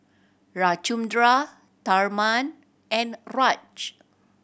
Ramchundra Tharman and Raj